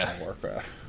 Warcraft